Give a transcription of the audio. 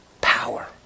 Power